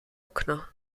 okna